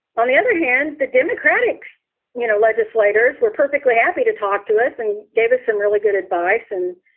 on the other hand, the democratic so you know legislators were perfectly happy to talk to us and gave us some really good advice. and,